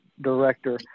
director